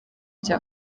cya